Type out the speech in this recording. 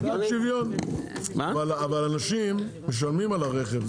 אבל אנשים משלמים על הרכב.